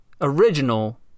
original